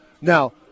Now